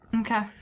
Okay